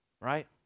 right